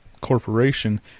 corporation